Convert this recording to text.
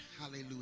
hallelujah